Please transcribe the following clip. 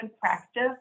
practice